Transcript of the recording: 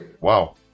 Wow